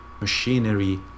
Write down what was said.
Machinery